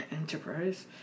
Enterprise